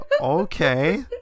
Okay